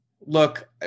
look